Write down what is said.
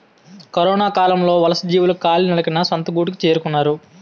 కరొనకాలంలో వలసజీవులు కాలినడకన సొంత గూటికి చేరుకున్నారు